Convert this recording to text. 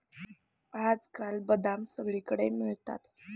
आजकाल बदाम सगळीकडे मिळतात